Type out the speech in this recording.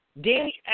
Danny